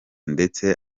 ndetse